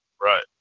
Right